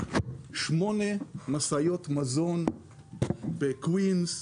שמונה משאיות מזון בקווינס,